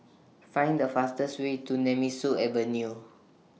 Find The fastest Way to Nemesu Avenue